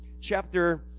chapter